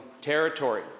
territory